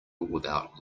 without